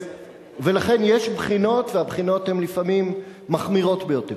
לכן יש בחינות והבחינות הן לפעמים מחמירות ביותר.